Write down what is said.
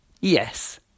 Yes